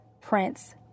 Prince